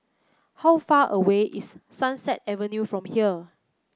how far away is Sunset Avenue from here